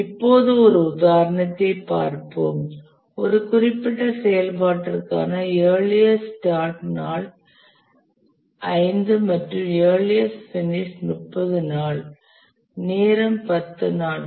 இப்போது ஒரு உதாரணத்தைப் பார்ப்போம் ஒரு குறிப்பிட்ட செயல்பாட்டிற்கான இயர்லியஸ்ட் ஸ்டார்ட் நாள் 5 மற்றும் லேட்டஸ்ட் பினிஷ் 30 நாள் நேரம் 10 நாட்கள்